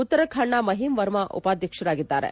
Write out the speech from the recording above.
ಉತ್ತರಾಖಂಡದ ಮಹೀಮ್ ವರ್ಮಾ ಉಪಾದ್ಯಕ್ಷರಾಗಿದ್ದಾರೆ